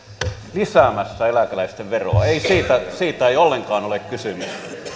lisäämässä eläkeläisten veroa siitä siitä ei ollenkaan ole kysymys